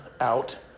out